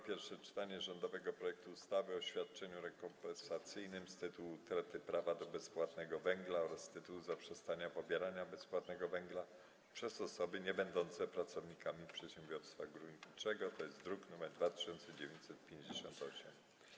Pierwsze czytanie rządowego projektu ustawy o świadczeniu rekompensacyjnym z tytułu utraty prawa do bezpłatnego węgla oraz z tytułu zaprzestania pobierania bezpłatnego węgla przez osoby niebędące pracownikami przedsiębiorstwa górniczego (druk nr 2958)